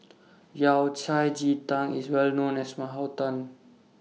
Yao Cai Ji Tang IS Well known as My Hometown